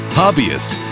hobbyists